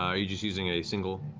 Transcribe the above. um you just using a single